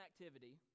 activity